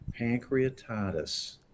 Pancreatitis